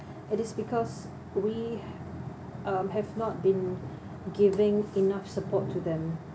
it is because we um have not been giving enough support to them